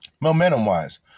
momentum-wise